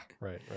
Right